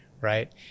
right